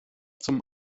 zum